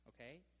Okay